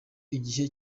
igihe